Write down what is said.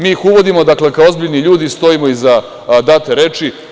Mi ih uvodimo, dakle, kao ozbiljni ljudi stojimo iza date reči.